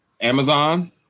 Amazon